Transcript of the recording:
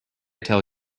tell